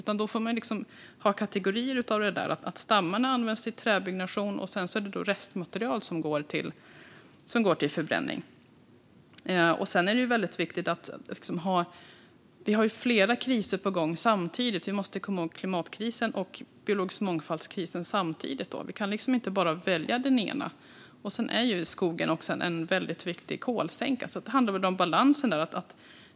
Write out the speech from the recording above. Man får liksom ha kategorier så att stammarna används till träbyggnation och det är restmaterial som går till förbränning. Sedan måste vi komma ihåg att vi har flera kriser på gång samtidigt. Vi måste tänka på klimatkrisen och den biologiska mångfaldskrisen samtidigt. Vi kan inte välja bara den ena. Skogen är också en viktig kolsänka, så det handlar om balansen där.